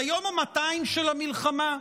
ליום ה-200 של המלחמה?